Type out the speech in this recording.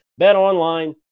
BetOnline